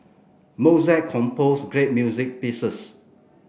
Mozart composed great music pieces